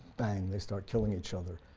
bang, they start killing each other.